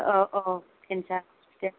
औ औ औ केन्सार ह'स्पिटाल